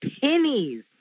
pennies